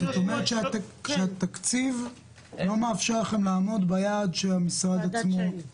זאת אומרת שהתקציב לא מאפשר לכם לעמוד ביעד של המשרד עצמו.